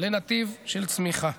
לנתיב של צמיחה.